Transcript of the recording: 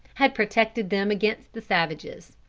had protected them against the savages,